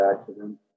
accident